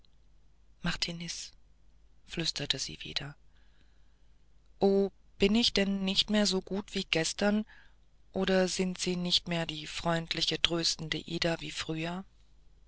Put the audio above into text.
martiniz flüsterte sie wieder o bin ich denn nicht mehr so gut wie gestern oder sind sie nicht mehr die freundliche tröstende ida wie früher